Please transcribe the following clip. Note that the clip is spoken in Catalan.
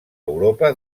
europa